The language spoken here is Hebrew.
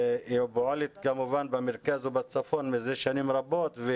היא פועלת כמובן במרכז ובצפון מזה שנים רבות.